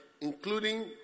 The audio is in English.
including